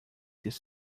this